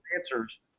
answers